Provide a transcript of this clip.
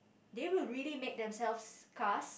they will really make themselves scarce